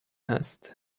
هست